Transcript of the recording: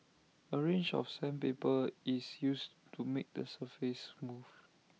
A range of sandpaper is used to make the surface smooth